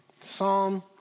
Psalm